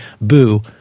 boo